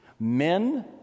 Men